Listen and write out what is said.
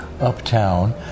uptown